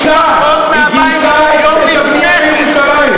משום, חבר הכנסת מרגלית, למה אתה נזעק?